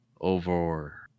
over